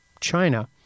China